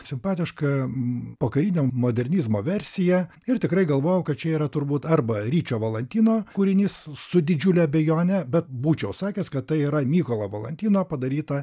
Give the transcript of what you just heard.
simpatiška pokarinio modernizmo versija ir tikrai galvojau kad čia yra turbūt arba ryčio valantino kūrinys su didžiule abejone bet būčiau sakęs kad tai yra mykolo valantino padaryta